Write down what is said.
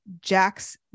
Jack's